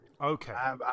Okay